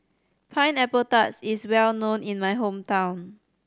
Pineapple Tart is well known in my hometown